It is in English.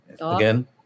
again